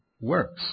works